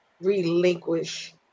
relinquish